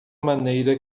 maneira